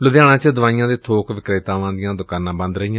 ਲੁਧਿਆਣੇ ਚ ਦਵਾਈਆਂ ਦੇ ਥੋਕ ਵਿਕਰੇਤਾਵਾਂ ਦੀਆਂ ਦੁਕਾਨਾਂ ਬੰਦ ਰਹੀਆਂ